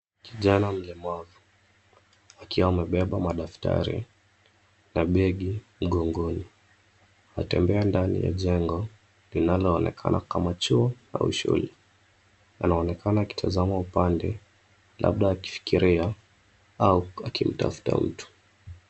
Kijana mlemavu akiwa amebeba madaftari na begi mgongoni anatembea ndani ya jengo linaloonekana kama chuo au shule. Anaonekana akitazama upande labda akifikiria au akimtafuta mtu.